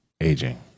aging